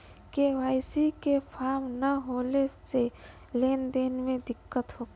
KYC के form न होले से लेन देन में दिक्कत होखी?